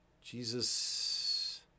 Jesus